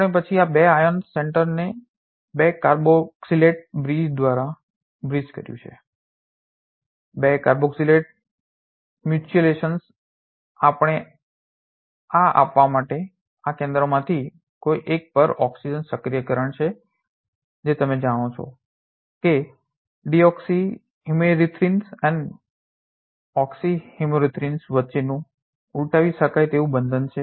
આપણે પછી આ 2 આયર્ન સેન્ટરને 2 કાર્બોક્સિલેટ બ્રિજ દ્વારા બ્રિજ કર્યું છે 2 કાર્બોક્સિલેટ મ્યુચ્યુએશન આપણને આ આપવા માટે આ કેન્દ્રોમાંથી કોઈ એક પર ઓક્સિજન સક્રિયકરણ છે જે તમે જાણો છો કે ડિઓક્સી હેમેરીથ્રિન અને ઓક્સી હેમેરીથ્રિન વચ્ચેનું ઉલટાવી શકાય તેવું બંધન છે